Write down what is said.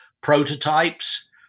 prototypes